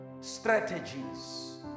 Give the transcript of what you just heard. Strategies